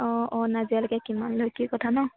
অঁ অঁ নাজিৰালৈকে কিমান লয় কি কথা ন